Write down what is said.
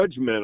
judgmental